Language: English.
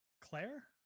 Claire